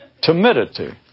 Timidity